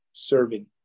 serving